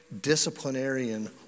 disciplinarian